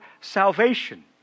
salvation